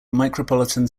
micropolitan